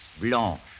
Blanche